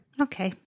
Okay